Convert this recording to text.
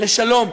לשלום,